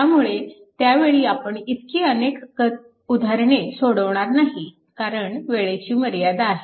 त्यामुळे त्यावेळी आपण इतकी अनेक उदाहरणे सोडवणार नाही कारण वेळेची मर्यादा आहे